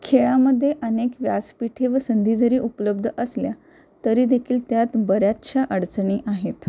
खेळामध्ये अनेक व्यासपीठे व संधी जरी उपलब्ध असल्या तरीदेखील त्यात बऱ्याचशा अडचणी आहेत